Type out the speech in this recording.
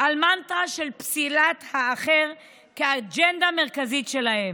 על מנטרה של פסילת האחר כאג'נדה המרכזית שלהם.